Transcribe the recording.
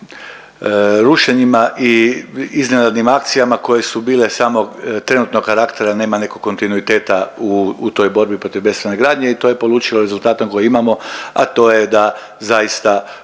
rušenjima i iznenadnim akcijama koje su bile samo trenutnog karaktera nema nekog kontinuiteta u toj borbi protiv bespravne gradnje i to je polučilo rezultatom koji imamo, a to je da zaista